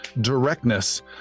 Directness